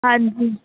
ਹਾਂਜੀ